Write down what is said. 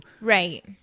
right